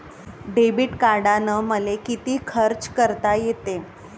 Debit कार्डानं मले किती खर्च करता येते?